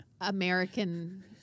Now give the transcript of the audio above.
American